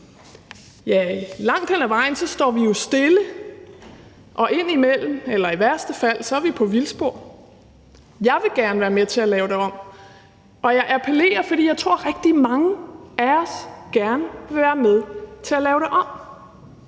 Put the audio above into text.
Ja, langt hen ad vejen står vi jo stille, og indimellem eller i værste fald er vi på vildspor. Jeg vil gerne være med til at lave det om, og jeg appellerer til jer, fordi jeg tror, at rigtig mange af os gerne vil være med til at lave det om.